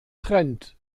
trend